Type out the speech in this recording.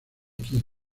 kiwi